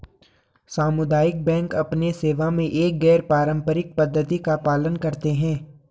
सामुदायिक बैंक अपनी सेवा में एक गैर पारंपरिक पद्धति का पालन करते हैं